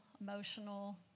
emotional